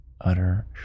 Utter